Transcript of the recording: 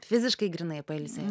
fiziškai grynai pailsėt